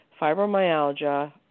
Fibromyalgia